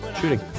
shooting